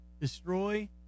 destroy